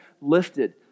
lifted